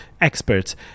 experts